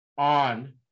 on